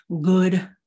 good